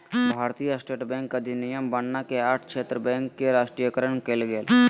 भारतीय state bank अधिनियम बनना के आठ क्षेत्र बैंक के राष्ट्रीयकरण कइल गेलय